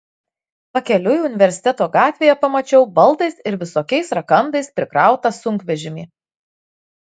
pakeliui universiteto gatvėje pamačiau baldais ir visokiais rakandais prikrautą sunkvežimį